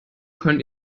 können